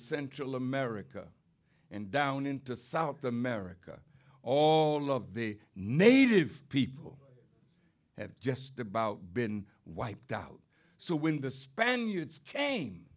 central america and down into south america all of the native people have just about been wiped out so when the spaniards came